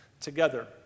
together